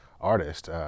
artist